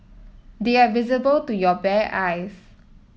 they are visible to your bare eyes